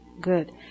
Good